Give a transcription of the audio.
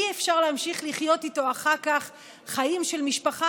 אי-אפשר להמשיך לחיות איתו אחר כך חיים של משפחה,